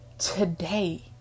Today